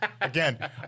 Again